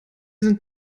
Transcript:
sind